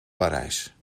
parijs